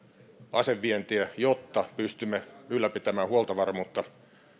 asevientiä jotta pystymme ylläpitämään huoltovarmuutta